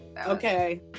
Okay